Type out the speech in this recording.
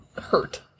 hurt